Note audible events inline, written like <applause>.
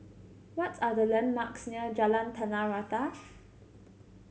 what are the landmarks near Jalan Tanah Rata <noise>